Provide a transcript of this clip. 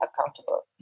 accountable